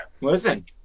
Listen